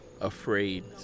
Afraid